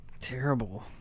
terrible